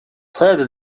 predator